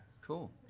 Cool